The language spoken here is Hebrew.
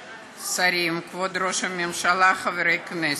שרים, כבוד ראש הממשלה, חברי כנסת,